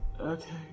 Okay